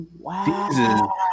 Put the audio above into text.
Wow